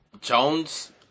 jones